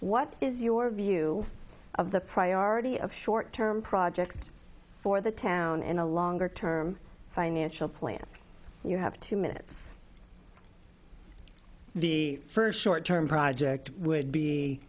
what is your view of the priority of short term projects for the town in a longer term financial plan you have two minutes the first short term project would